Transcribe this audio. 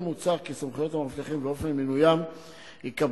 כן מוצע כי סמכויות המאבטחים ואופן מינוים ייקבעו